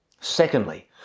Secondly